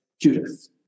Judith